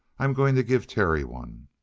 i'm going to give terry one.